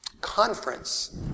conference